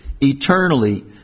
eternally